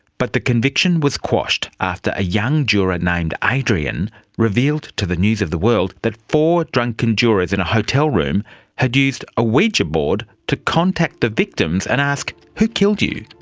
but the conviction was quashed after a young juror named adrian revealed to the news of the world that four drunken jurors in a hotel room had used a ouija board to contact the victims and ask, who killed you?